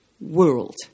world